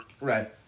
right